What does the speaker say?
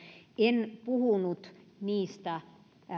en puhunut niistä